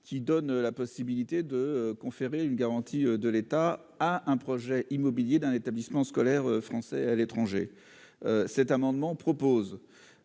finances pour 2021 de conférer une garantie de l'État à un projet immobilier d'un établissement scolaire français à l'étranger. Cet amendement tend